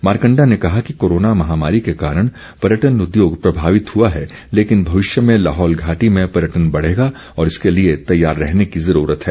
मारकंडा ने कहा कि कोरोना महामारी के कारण पर्यटन उद्योग प्रभावित हुआ है लेकिन भविष्य में लाहौल घाटी में पर्यटन बढ़ेगा और इसके लिए तैयार रहने की जरूरत है